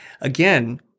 Again